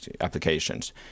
applications